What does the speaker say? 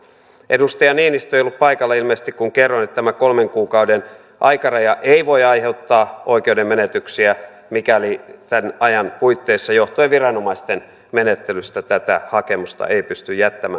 edustaja niinistö ei ollut ilmeisesti paikalla kun kerroin että tämä kolmen kuukauden aikaraja ei voi aiheuttaa oikeudenmenetyksiä mikäli tämän ajan puitteissa johtuen viranomaisten menettelystä tätä hakemusta ei pysty jättämään